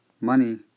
money